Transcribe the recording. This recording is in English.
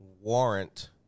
warrant